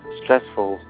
stressful